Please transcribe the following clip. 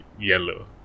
yellow